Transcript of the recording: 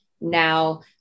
now